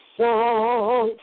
song